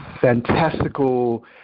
fantastical